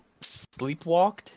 sleepwalked